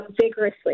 vigorously